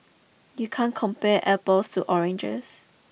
you can't compare apples to oranges